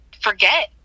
forget